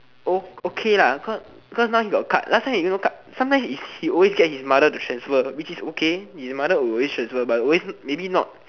oh okay lah cause cause now he got card cause last time he no card sometimes is he always get his mother to transfer which is okay his mother will always transfer but always maybe not